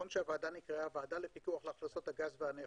הוועדה לפיקוח להכנסות הגז והנפט,